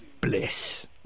bliss